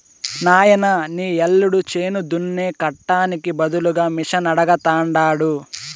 నాయనా నీ యల్లుడు చేను దున్నే కట్టానికి బదులుగా మిషనడగతండాడు